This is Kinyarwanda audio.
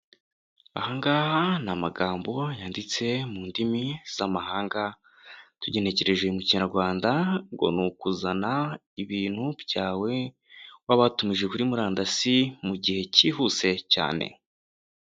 Aha ngaha ni amagambo yanditse mu ndimi z'amahanga tugenekereje mu kinyarwanda ngo ni ukuzana ibintu byawe waba watumije kuri murandasi mu gihe cyihuse cyane.